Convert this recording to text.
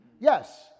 Yes